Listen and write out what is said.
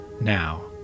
now